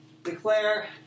Declare